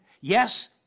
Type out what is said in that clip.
yes